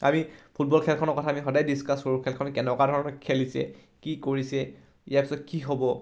আমি ফুটবল খেলখনৰ কথা আমি সদায় ডিছকাছ কৰোঁ খেলখন কেনেকুৱা ধৰণৰ খেলিছে কি কৰিছে ইয়াৰ পিছত কি হ'ব